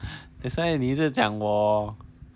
that's why 你一直讲我